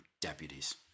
deputies